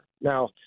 Now